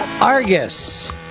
Argus